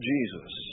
Jesus